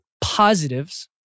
positives